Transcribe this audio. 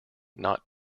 not